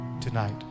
Tonight